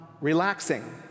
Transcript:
relaxing